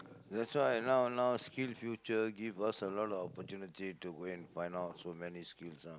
that's why now now SkillsFuture give us a lot of opportunity to go and find out so many skills ah